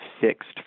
fixed